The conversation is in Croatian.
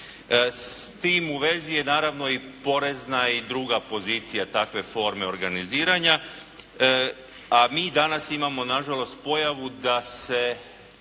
S time u vezi je naravno i porezna i druga pozicija takve forme organiziranja. A mi danas imamo nažalost pojavu da se